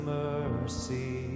mercy